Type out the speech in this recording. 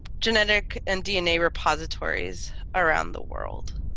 genetic and dna repositories around the world